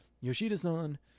Yoshida-san